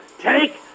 Take